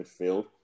midfield